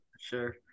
sure